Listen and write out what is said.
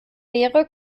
wäre